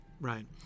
right